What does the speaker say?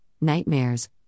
nightmares